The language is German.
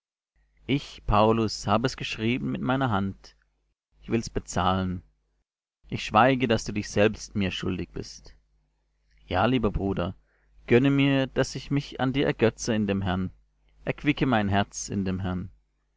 ich paulus habe es geschrieben mit meiner hand ich will's bezahlen ich schweige daß du dich selbst mir schuldig bist ja lieber bruder gönne mir daß ich mich an dir ergötze in dem herrn erquicke mein herz in dem herrn